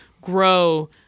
grow